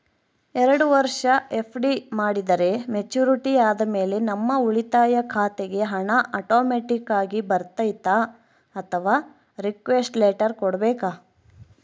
ಎರಡು ವರುಷ ಎಫ್.ಡಿ ಮಾಡಿದರೆ ಮೆಚ್ಯೂರಿಟಿ ಆದಮೇಲೆ ನಮ್ಮ ಉಳಿತಾಯ ಖಾತೆಗೆ ಹಣ ಆಟೋಮ್ಯಾಟಿಕ್ ಆಗಿ ಬರ್ತೈತಾ ಅಥವಾ ರಿಕ್ವೆಸ್ಟ್ ಲೆಟರ್ ಕೊಡಬೇಕಾ?